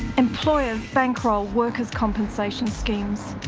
employers bankroll workers compensation schemes,